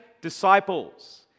disciples